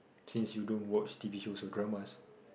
since you don't watch t_v shows or dramas